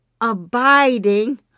abiding